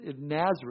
Nazareth